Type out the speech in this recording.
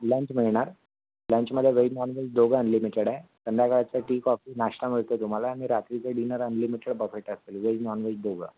lunch मिळणार लंचमध्ये veg non veg दोघं अनलिमिटेड आहे संध्याकाळचं टी कॉफी नाष्टा मिळतो तुम्हाला आणि रात्रीचं dinner unlimited buffet type veg non veg दोघं